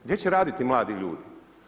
Gdje će raditi mladi ljudi?